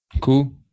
Cool